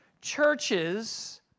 churches